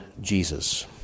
Jesus